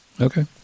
Okay